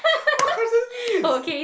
what question is this